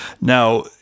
Now